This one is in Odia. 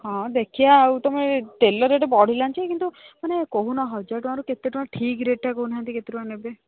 ହଁ ଦେଖିବା ଆଉ ତମେ ତେଲ ରେଟ୍ ବଢ଼ିଲାଣି ଯେ କିନ୍ତୁ ମାନେ କହୁନ ହଜାର ଟଙ୍କାରୁ କେତେ ଟଙ୍କା ଠିକ୍ ରେଟ୍ଟା କହୁ ନାହାନ୍ତି କେତେ ଟଙ୍କା ନେବେ